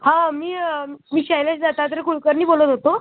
हां मी मी शैलेश दत्तात्रय कुळकर्णी बोलत होतो